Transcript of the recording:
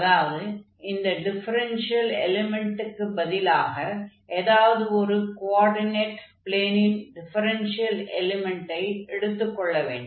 அதாவது இந்த டிஃபரென்ஷியல் எலிமென்டுக்கு பதிலாக ஏதாவது ஒரு கோஆர்டினேட் ப்ளேனின் டிஃபரென்ஷியல் எலிமென்டை எடுத்துக் கொள்ள வேண்டும்